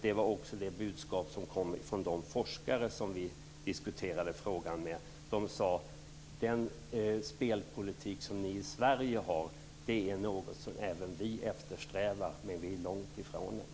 Det var också det budskap som kom från de forskare som vi diskuterade frågan med. De sade: Den spelpolitik som ni har i Sverige är något som även vi eftersträvar, men vi är långt ifrån den.